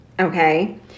okay